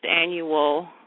annual